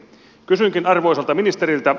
kysynkin arvoisalta ministeriltä